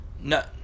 No